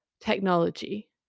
Technology